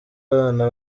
abana